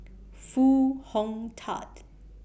Foo Hong Tatt